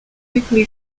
quickly